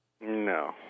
No